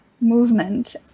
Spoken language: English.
movement